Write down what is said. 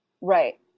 Right